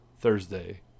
Thursday